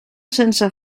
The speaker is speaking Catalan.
sense